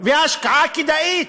ההשקעה כדאית.